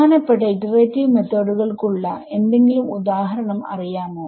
പ്രധാനപ്പെട്ട ഇറ്ററേറ്റീവ് മെത്തോഡുകൾക്കുള്ള എന്തെങ്കിലും ഉദാഹരണം അറിയാമോ